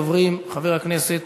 ראשון הדוברים, חבר הכנסת